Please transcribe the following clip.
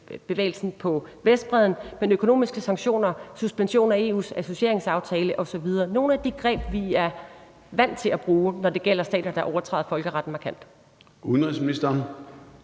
Vestbredden. Det vil sige økonomiske sanktioner, suspension af EU's associeringsaftale osv., altså nogle af de greb, vi er vant til at bruge, når det gælder stater, der overtræder folkeretten markant. Kl.